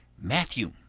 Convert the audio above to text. matthew,